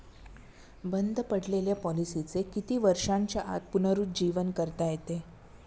बंद पडलेल्या पॉलिसीचे किती वर्षांच्या आत पुनरुज्जीवन करता येते?